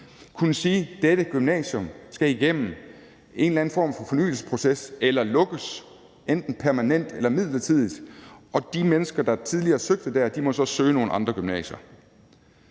kunne sige, at dette gymnasium skal igennem en eller anden form for fornyelsesproces eller lukkes, enten permanent eller midlertidigt, og de mennesker, der tidligere søgte der, må så søge nogle andre gymnasier.